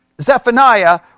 Zephaniah